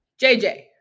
JJ